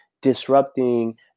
disrupting